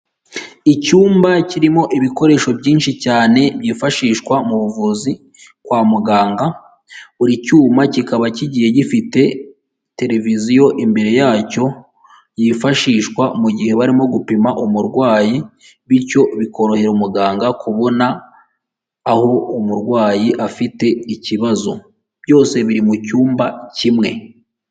Icyumba kirimo ibikoresho byinshi cyane byifashishwa mu buvuzi kwa muganga, buri cyuma kikaba kigiye gifite televiziyo imbere yacyo, yifashishwa mu gihe barimo gupima umurwayi, bityo bikorohera umuganga kubona aho umurwayi afite ikibazo, byose biri mu cyumba kimwe.